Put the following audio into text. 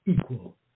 equal